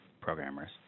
programmers